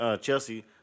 Chelsea